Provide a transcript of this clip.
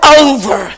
over